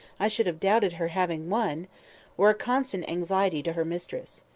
i should have doubted her having one were a constant anxiety to her mistress.